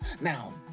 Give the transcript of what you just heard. now